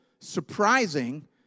surprising